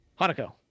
Hanako